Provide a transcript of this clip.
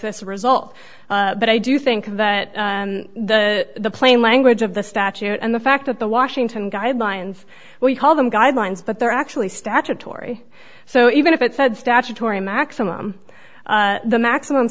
this result but i do think that the plain language of the statute and the fact that the washington guidelines we call them guidelines but they're actually statutory so even if it said statutory maximum the maximum